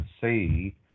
see